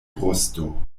brusto